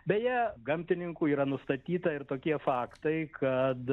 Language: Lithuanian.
beje gamtininkų yra nustatyta ir tokie faktai kad